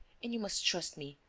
and you must trust me.